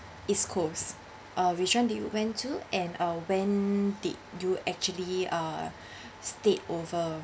east coast uh which one do you went to and uh when did you actually uh stayed over